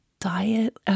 diet